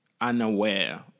unaware